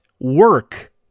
work